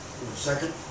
Second